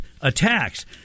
attacks